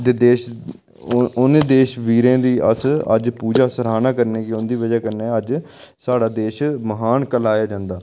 देश उ'नें देश वीरें दी अस अज पूजा सरहाना करने कि उंदी बजह कन्नै अज्ज साढ़ा देश महान कहलाया जंदा